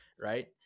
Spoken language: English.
right